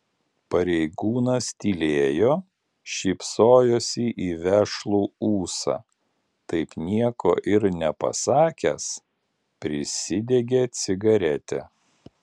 pareigūnas tylėjo šypsojosi į vešlų ūsą taip nieko ir nepasakęs prisidegė cigaretę